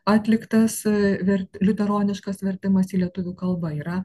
atliktas verti liuteroniškas vertimas į lietuvių kalbą yra